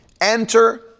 enter